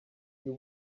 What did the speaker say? you